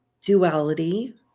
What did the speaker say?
duality